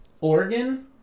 oregon